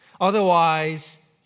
Otherwise